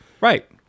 Right